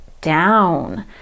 down